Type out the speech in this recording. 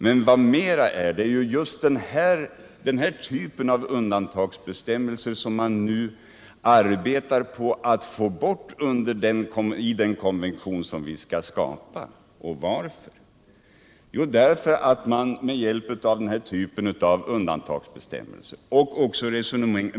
Men vad mera är: Det är just den här typen av undantagsbestämmelser som man nu arbetar på att få bort i den konvention som håller på att utarbetas.